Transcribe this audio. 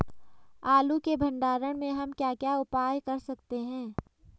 आलू के भंडारण में हम क्या क्या उपाय कर सकते हैं?